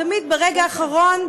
תמיד ברגע האחרון,